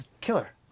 Killer